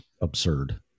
absurd